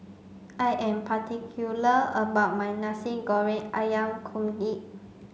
I am particular about my Nasi Goreng Ayam Kunyit